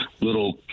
little